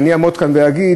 ואני אעמוד כאן ואגיד,